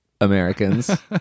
americans